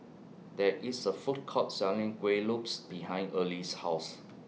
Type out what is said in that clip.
There IS A Food Court Selling Kueh Lopes behind Early's House